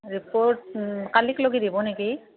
report কালিলৈকে দিব নেকি